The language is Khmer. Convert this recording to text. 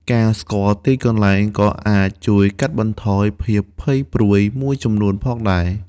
ការស្គាល់ទីកន្លែងក៏អាចជួយកាត់បន្ថយភាពភ័យព្រួយមួយចំនួនផងដែរ។